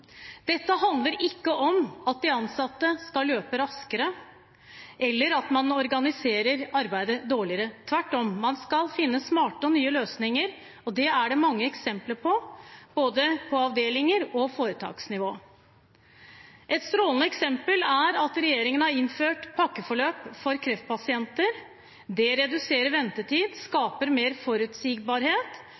Dette handler ikke om at de ansatte skal løpe raskere, eller at man organiserer arbeidet dårligere. Tvert om: Man skal finne smarte og nye løsninger, og det er det mange eksempler på, på både avdelings- og foretaksnivå. Et strålende eksempel er at regjeringen har innført pakkeforløp for kreftpasienter. Det reduserer ventetid og skaper mer forutsigbarhet,